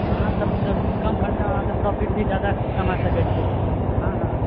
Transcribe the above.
हँ तब तऽ कम खर्चामे अहाँके प्रॉफिट भी जादा कमा सकैत छी हँ हँ